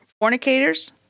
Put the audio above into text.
fornicators